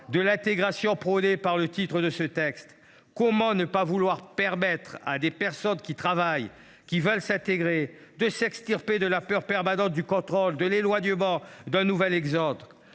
de l’intégration prônée dans le titre de ce texte : comment ne pas vouloir permettre à des personnes qui travaillent et veulent s’intégrer de s’extirper de la peur permanente du contrôle, de l’éloignement, d’un nouvel exode ?